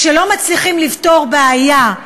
כשלא מצליחים לפתור בעיה,